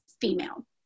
female